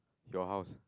your house